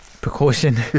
precaution